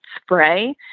spray